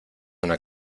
una